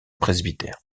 presbytère